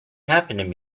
happened